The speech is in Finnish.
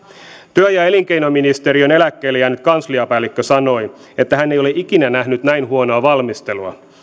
työ ja elinkeinoministeriön eläkkeelle jäänyt kansliapäällikkö sanoi että hän ei ole ikinä nähnyt näin huonoa valmistelua